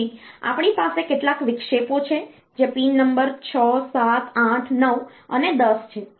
પછી આપણી પાસે કેટલાક વિક્ષેપો છે જે પિન નંબર 6 7 8 9 અને 10 છે